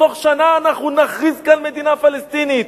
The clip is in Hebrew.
בתוך שנה אנחנו נכריז כאן על מדינה פלסטינית.